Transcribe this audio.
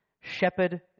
shepherd